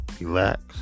relax